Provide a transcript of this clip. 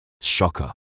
shocker